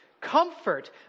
comfort